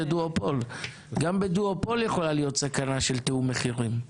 גם בדואופול יכולה להיות סכנה של תיאום מחירים.